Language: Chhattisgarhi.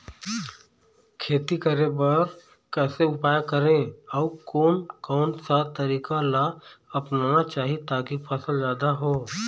खेती करें बर कैसे उपाय करें अउ कोन कौन सा तरीका ला अपनाना चाही ताकि फसल जादा हो?